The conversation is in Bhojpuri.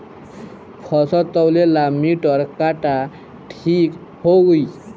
फसल तौले ला मिटर काटा ठिक होही?